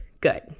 good